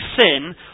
sin